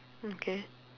okay